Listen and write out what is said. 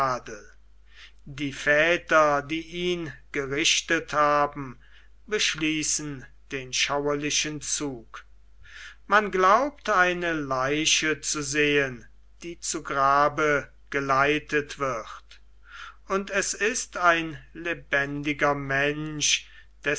die väter die ihn gerichtet haben beschließen den schauerlichen zug man glaubt eine leiche zu sehen die zu grabe geleitet wird und es ist ein lebendiger mensch